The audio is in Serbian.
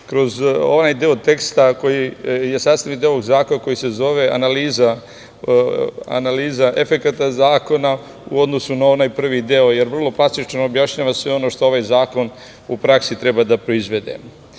kroz onaj deo teksta koji je sastavni deo ovog zakona koji se zove analiza efekata zakona u odnosu na onaj prvi deo, jer vrlo plastično objašnjava sve ono što ovaj zakon u praksi treba da proizvede. Ja